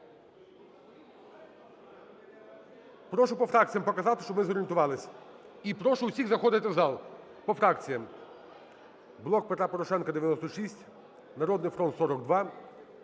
Прошу по фракціях показати, щоб ми зорієнтувалися, і прошу всіх заходити в зал. По фракціях. "Блок Петра Порошенка" – 96, "Народний фронт" –